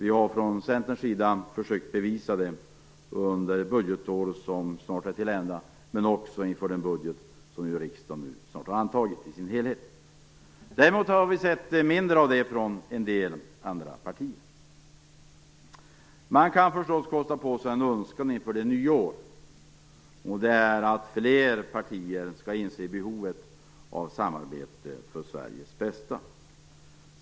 Vi har från Centerns sida försökt bevisa det under det budgetår som snart är till ända, men också inför den budget som riksdagen snart har antagit i dess helhet. Däremot har vi sett mindre av det från en del andra partier. Man kan kanske kosta på sig en önskan inför det nya året, och det är att fler partier skall inse behovet av samarbete för Sveriges bästa.